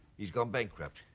he's gone bankrupt.